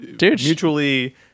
mutually